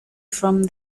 from